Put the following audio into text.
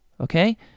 okay